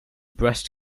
breast